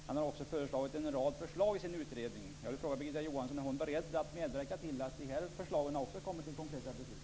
Han har också lämnat en rad förslag i sin utredning. Jag vill fråga Birgitta Johansson om hon är beredd att medverka till att dessa förslag också kommer till konkreta beslut.